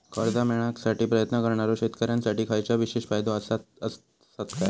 कर्जा मेळाकसाठी प्रयत्न करणारो शेतकऱ्यांसाठी खयच्या विशेष फायदो असात काय?